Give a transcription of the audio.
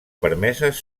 permeses